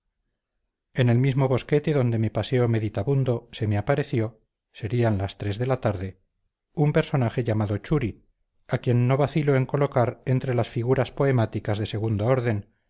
en el mismo bosquete donde me paseo meditabundo se me apareció serían las tres de la tarde un personaje llamado churi a quien no vacilo en colocar entre las figuras poemáticas de segundo orden